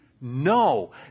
No